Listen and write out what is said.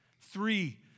Three